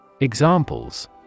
Examples